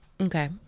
Okay